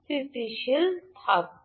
স্থিতিশীল থাকবে